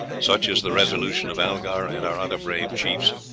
such is the resolution of algar and our other brave chiefs,